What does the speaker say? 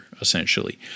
essentially